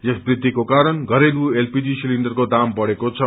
यस वृद्धिको कारण बरेलु एलपीजी सिलिण्डरको दाम बढ़ेको छ